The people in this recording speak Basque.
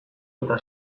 eta